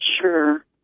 sure